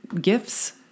gifts